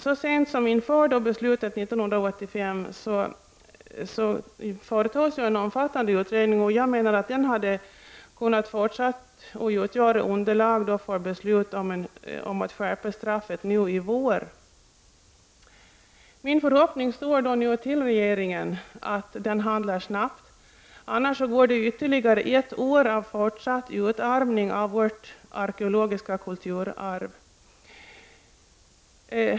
Så sent som inför beslutet 1985 gjordes en omfattande undersökning, och jag menar att den hade kunnat utgöra underlag för beslut om skärpning av straffet i vår. Min förhoppning står nu till regeringen — att den handlar snabbt. Annars går ytterligare ett år av fortsatt utarmning av vårt arkeologiska kulturarv.